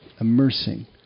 immersing